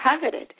coveted